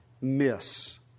miss